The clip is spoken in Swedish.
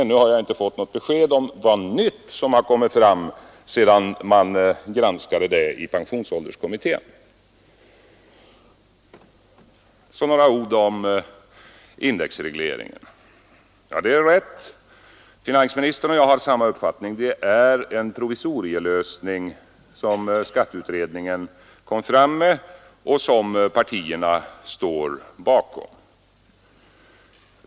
Ännu har jag inte fått något besked om vilka nya uppgifter som kan ha kommit fram i frågan sedan den granskades av pensionsålderskommittén. Så några ord om indexregleringen. Det är riktigt att finansministern och jag har samma uppfattning om att det är en provisorielösning som skatteutredningen kom med och som partierna står bakom.